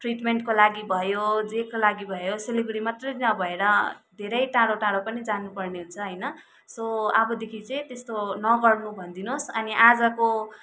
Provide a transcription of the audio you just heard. ट्रिटमेन्टको लागि भयो जे को लागि भयो सिलगढी मात्रै नभएर धेरै टाढो टाढो पनि जानुपर्ने हुन्छ होइन सो अबदेखि चाहिँ त्यस्तो नगर्नु भनिदिनुहोस् अनि आजको